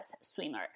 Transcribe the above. swimmer